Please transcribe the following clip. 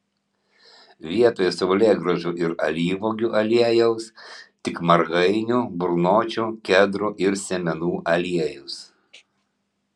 vietoj saulėgrąžų ir alyvuogių aliejaus tik margainių burnočių kedrų ir sėmenų aliejus